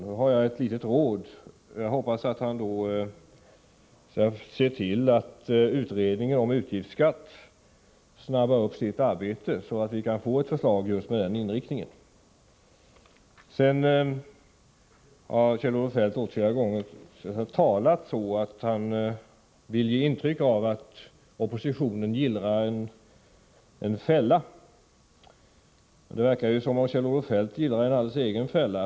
Då har jag ett litet råd, nämligen att han skall se till att utredningen om utgiftsskatt påskyndar sitt arbete, så att vi kan få ett förslag med den inriktningen. Vid flera tillfällen under debatten har Kjell-Olof Feldt försökt ge ett intryck av att oppositionen gillrar en fälla för sig själv. Men det verkar som om Kjell-Olof Feldt gör precis detsamma.